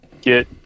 get